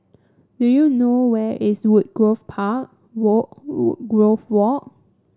do you know where is Woodgrove park wall Walk